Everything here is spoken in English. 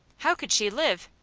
how could she live?